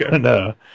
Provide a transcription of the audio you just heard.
no